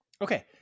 Okay